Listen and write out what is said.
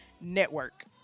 Network